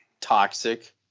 Toxic